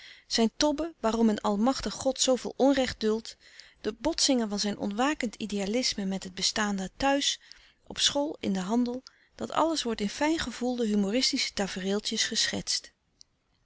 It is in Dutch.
zijn tobben waarom een almachtig god zooveel onrecht duldt de botsingen van zijn ontwakend idealisme met het bestaande thuis op school in den handel dat alles wordt in fijn gevoelde humoristische tafreeltjes geschetst